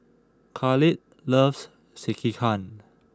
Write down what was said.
Kahlil loves Sekihan